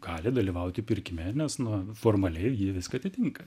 gali dalyvauti pirkime nes na formaliai ji viską atitinka